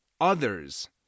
others